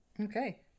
Okay